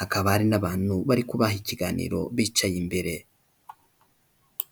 Hakaba hari n'abantu bari kubaha ikiganiro bicaye imbere.